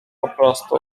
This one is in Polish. poprostu